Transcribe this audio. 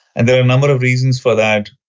and there are a number of reasons for that.